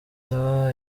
impeta